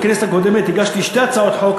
בכנסת הקודמת הגשתי שתי הצעות חוק